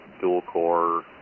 dual-core